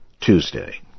Tuesday